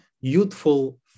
youthful